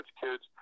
kids